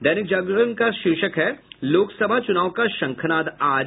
दैनिक जागरण का शीर्ष है लोकसभा चुनाव का शंखनाद आज